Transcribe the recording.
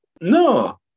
No